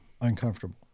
uncomfortable